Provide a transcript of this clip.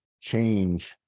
change